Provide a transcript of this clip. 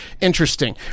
Interesting